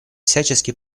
всячески